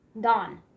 Don